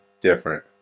different